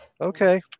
Okay